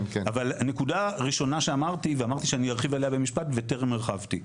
אבל נקודה ראשונה שאמרתי שאני ארחיב עליה במשפט וטרם הרחבתי.